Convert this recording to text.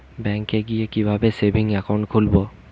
ব্যাঙ্কে গিয়ে কিভাবে সেভিংস একাউন্ট খুলব?